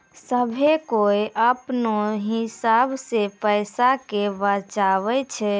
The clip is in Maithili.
सभ्भे कोय अपनो हिसाब से पैसा के बचाबै छै